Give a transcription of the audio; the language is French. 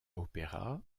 opéra